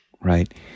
Right